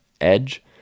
edge